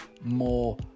more